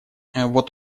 вот